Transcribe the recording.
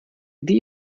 die